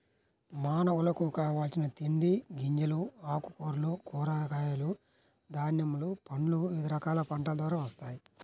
మానవులకు కావలసిన తిండి గింజలు, ఆకుకూరలు, కూరగాయలు, ధాన్యములు, పండ్లు వివిధ రకాల పంటల ద్వారా వస్తాయి